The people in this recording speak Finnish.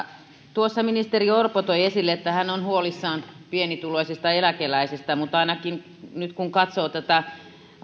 tuossa ministeri orpo toi esille että hän on huolissaan pienituloisista eläkeläisistä mutta ainakin kun katsoo tätä